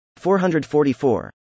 444